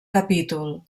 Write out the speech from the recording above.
capítol